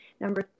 number